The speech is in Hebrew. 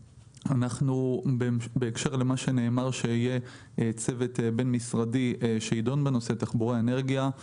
בהקשר לנאמר שיהיה צוות בין-משרדי תחבורה-אנרגיה שידון